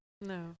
No